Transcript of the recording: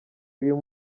uyu